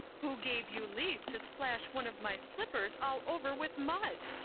who gave you leave to splash one of my slippers all over with mud?